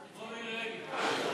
כמו מירי רגב.